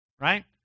right